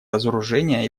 разоружения